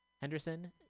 Henderson